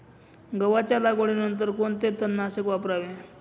गव्हाच्या लागवडीनंतर कोणते तणनाशक वापरावे?